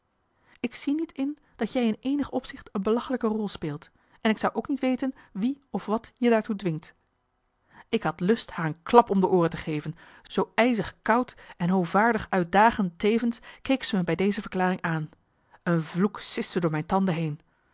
ik zie niet in dat jij in eenig opzicht een belachelijke rol speelt en ik zou ook niet weten wie of wat je daartoe dwingt ik had lust haar een klap om de ooren te geven zoo ijzig koud en hoovaardig uitdagend tevens keek ze me bij deze verklaring aan een vloek siste door mijn tanden heen